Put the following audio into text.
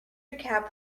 recap